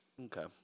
Okay